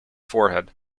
forehead